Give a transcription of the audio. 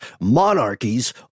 Monarchies